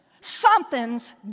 something's